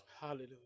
Hallelujah